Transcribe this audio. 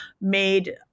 made